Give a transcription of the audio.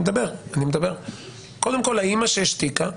קודם כל, האמא שהשתיקה,